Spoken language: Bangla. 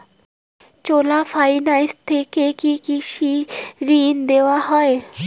চোলা ফাইন্যান্স থেকে কি কৃষি ঋণ দেওয়া হয়?